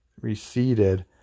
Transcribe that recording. receded